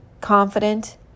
confident